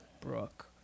Brooke